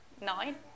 nine